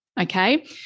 okay